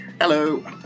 Hello